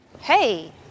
Hey